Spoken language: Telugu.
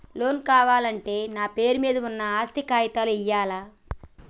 లోన్ కావాలంటే నా పేరు మీద ఉన్న ఆస్తి కాగితాలు ఇయ్యాలా?